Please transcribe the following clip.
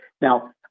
Now